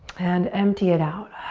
and empty it out.